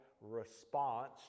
response